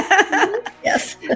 Yes